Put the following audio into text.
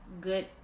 good